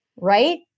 right